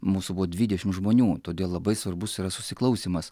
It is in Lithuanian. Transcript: mūsų buvo dvidešim žmonių todėl labai svarbus yra susiklausymas